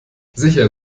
sicher